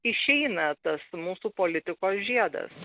išeina tas mūsų politikos žiedas